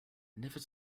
never